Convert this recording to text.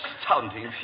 astounding